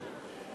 כן.